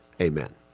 amen